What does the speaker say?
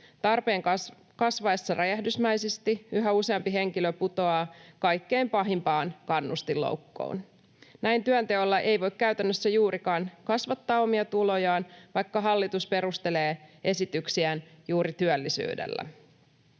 Tarpeen kasvaessa räjähdysmäisesti yhä useampi henkilö putoaa kaikkein pahimpaan kannustinloukkuun. Näin työnteolla ei voi käytännössä juurikaan kasvattaa omia tulojaan, vaikka hallitus perustelee esityksiään juuri työllisyydellä.